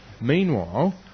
Meanwhile